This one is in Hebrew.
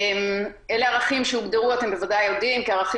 אלה ערכים שהוגדרו אתם בוודאי יודעים כערכים